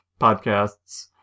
podcasts